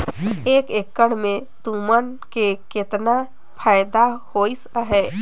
एक एकड़ मे तुमन के केतना फायदा होइस अहे